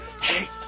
Hey